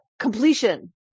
Completion